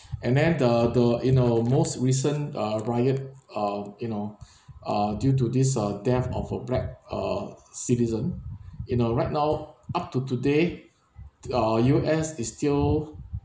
and then the the you know most recent uh riot uh you know uh due to this uh death of a black uh citizen you know right now up to today uh U_S is still